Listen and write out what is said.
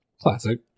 classic